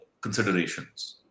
considerations